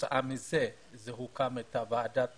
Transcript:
וכתוצאה מכך הוקמה ועדת פלמור.